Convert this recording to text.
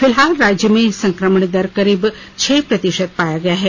फिलहाल राज्य में संक्रमण दर करीब छह प्रतिशत पाया गया है